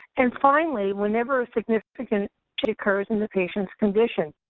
and, finally, whenever a significant change occurs in the patient's condition.